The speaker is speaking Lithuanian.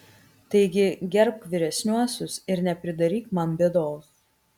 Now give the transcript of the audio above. taigi gerbk vyresniuosius ir nepridaryk man bėdos